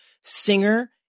singer